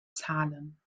zahlen